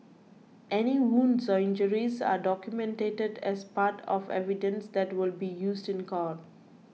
any wounds or injuries are documented as part of evidence that will be used in court